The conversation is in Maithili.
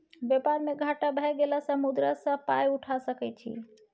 बेपार मे घाटा भए गेलासँ मुद्रा बाजार सँ पाय उठा सकय छी